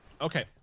Okay